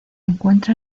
encuentra